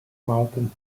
mountain